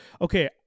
okay